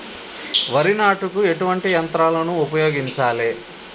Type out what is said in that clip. వరి నాటుకు ఎటువంటి యంత్రాలను ఉపయోగించాలే?